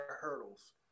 hurdles